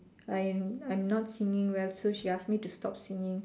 I'm I'm not singing well so she asked me to stop singing